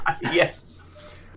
Yes